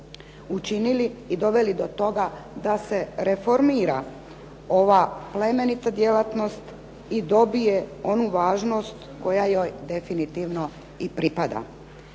učinili i doveli do toga da se reformira ova plemenita djelatnost i dobije onu važnost koja joj definitivno i pripada.